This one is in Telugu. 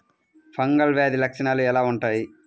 ఫంగల్ వ్యాధి లక్షనాలు ఎలా వుంటాయి?